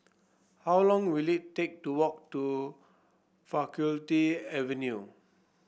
how long will it take to walk to Faculty Avenue